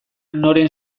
noren